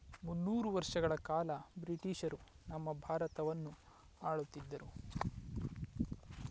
ಮುನ್ನೂರು ವರ್ಷಗಳ ಕಾಲ ಬ್ರಿಟಿಷರು ನಮ್ಮ ಭಾರತವನ್ನು ಆಳುತ್ತಿದ್ದರು